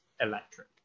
electric